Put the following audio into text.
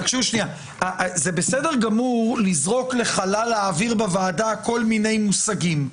תקשיבו שנייה: זה בסדר גמור לזרוק לחלל האוויר בוועדה כל מיני מושגים.